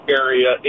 area